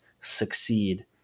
succeed